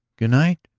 good night,